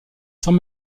sans